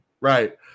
Right